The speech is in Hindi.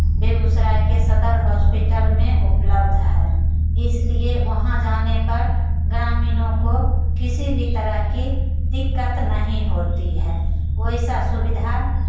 बेगूसराय के सदर हॉस्पिटल में उपलब्ध है इसलिए वहाँ जाने पर ग्रामीणों को किसी भी तरह की दिक्कत नहीं होती है वैसा सुविधा